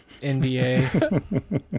NBA